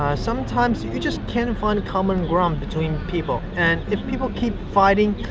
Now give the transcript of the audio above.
sometimes you you just can't find common ground between people, and if people keep fighting,